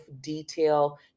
detail